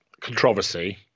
controversy